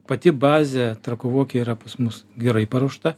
pati bazė trakų vokėj yra pas mus gerai paruošta